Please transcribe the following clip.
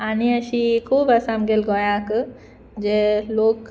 आनी अशी खूब आसा आमगे गोंयाक जे लोक